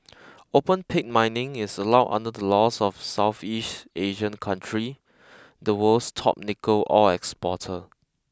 open pit mining is allowed under the laws of Southeast Asian country the world's top nickel ore exporter